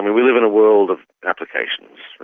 we live in a world of applications,